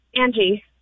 Angie